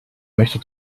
möchte